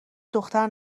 دختر